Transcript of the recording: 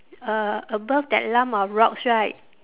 uh above that lump of rocks right